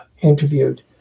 interviewed